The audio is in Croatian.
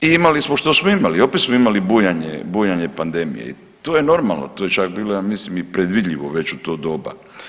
I imali smo što smo imali, opet smo imali bujanje, bujanje pandemije i to je normalno, to je čak bilo ja mislim i predvidljivo u to doba.